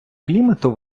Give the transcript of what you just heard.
клімату